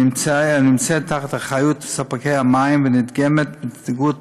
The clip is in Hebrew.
הנמצאת באחריות ספקי המים ונדגמת בתדירות